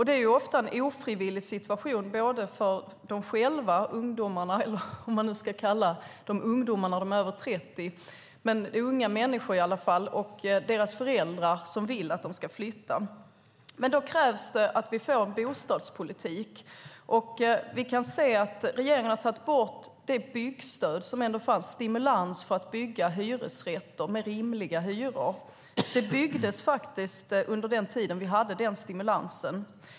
Det är ofta en ofrivillig situation både för ungdomarna själva, om man nu ska kalla dem ungdomar när de är över 30 - de är unga människor i alla fall - och för deras föräldrar som vill att de ska flytta. Då krävs att vi får en bostadspolitik. Vi kan se att regeringen har tagit bort det byggstöd som fanns som stimulans för att bygga hyresrätter med rimliga hyror. Under den tid vi hade den stimulansen byggdes det faktiskt.